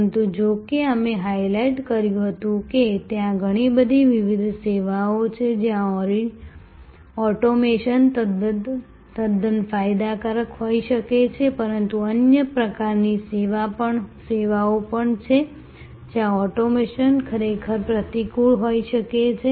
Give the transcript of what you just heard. પરંતુ જો કે અમે હાઇલાઇટ કર્યું હતું કે ત્યાં ઘણી બધી વિવિધ સેવાઓ છે જ્યાં ઓટોમેશન તદ્દન ફાયદાકારક હોઈ શકે છે પરંતુ અન્ય પ્રકારની સેવાઓ પણ છે જ્યાં ઓટોમેશન ખરેખર પ્રતિકૂળ હોઈ શકે છે